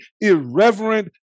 irreverent